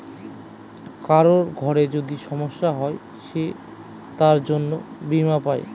কারোর ঘরে যদি সমস্যা হয় সে তার জন্য বীমা পাই